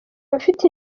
bafite